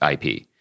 IP